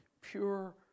pure